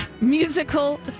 Musical